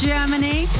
Germany